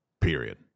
Period